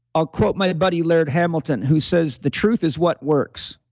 i'll quote my buddy laird hamilton, who says, the truth is what works.